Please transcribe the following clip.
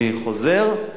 אני חוזר,